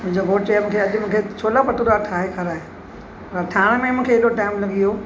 मुंहिंजो घोटु चए अॼु मूंखे छोला भटूरा ठाहे खराए ठाहिण में मूंखे हेॾो टाइम लॻी वयो